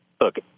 look